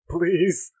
Please